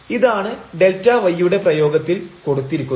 ഇതാണ് Δy യുടെ പ്രയോഗത്തിൽ കൊടുത്തിരിക്കുന്നത്